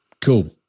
Cool